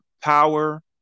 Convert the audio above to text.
power